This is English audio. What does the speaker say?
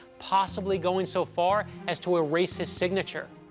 possibly going so far as to erase his signature?